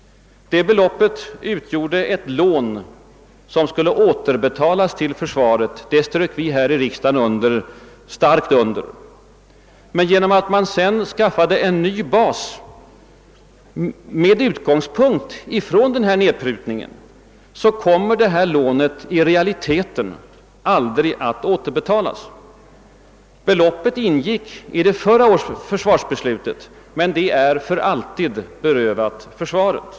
Det beloppet utgjorde ett »lån« som skulle återbetalas till försvaret — det strök vi här i riksdagen starkt under. Men genom att man sedan skaffade en ny bas med utgångspunkt från denna nedprutning kommer detta >lån» i realiteten aldrig att återbetalas. Beloppet ingick i det förra försvarsbeslutet men det är för alltid berövat försvaret.